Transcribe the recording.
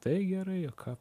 tai gerai o ką